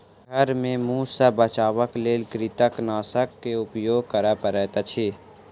घर में मूस सॅ बचावक लेल कृंतकनाशक के उपयोग करअ पड़ैत अछि